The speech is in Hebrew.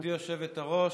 גברתי היושבת-ראש,